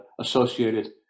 associated